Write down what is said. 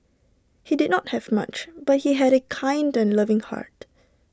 he did not have much but he had A kind and loving heart